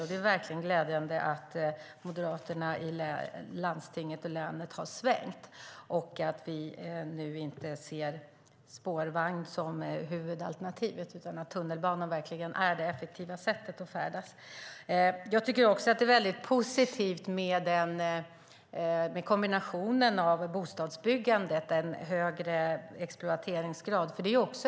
Och det är verkligen glädjande att Moderaterna i landstinget och i kommunerna i länet har svängt och att spårvagn inte är huvudalternativet. Tunnelbanan är verkligen det effektiva sättet att färdas på. Det är positivt med kombinationen med bostadsbyggandet, det vill säga en högre exploateringsgrad.